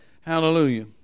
Hallelujah